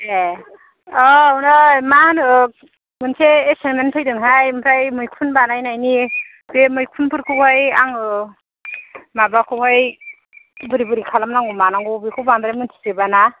ए औ नै मा होनो मोनसे एसाइमेन्ट फैदोंहाय ओमफ्राय मैखुन बानायनायनि बे मैखुनफोरखौहाय आङो माबाखौहाय बोरै बोरै खालामनांगौ मानांगौ बेखौ बांद्राय मोनथिजोबा ना